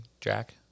jack